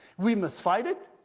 we must fight it,